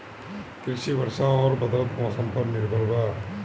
कृषि वर्षा आउर बदलत मौसम पर निर्भर बा